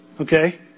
Okay